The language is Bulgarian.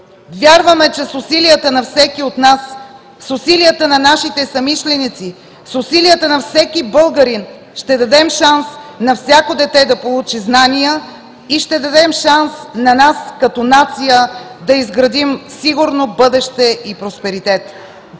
Вярваме, че с усилията на всеки от нас, с усилията на нашите съмишленици, с усилията на всеки българин ще дадем шанс на всяко дете да получи знания и ще дадем шанс на нас, като нация, да изградим сигурно бъдеще и просперитет.